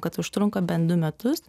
kad užtrunka bent du metus